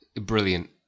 Brilliant